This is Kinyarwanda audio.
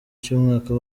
cy’umwaka